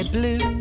Blue